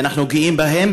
ואנחנו גאים בהם,